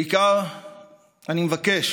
בעיקר אני מבקש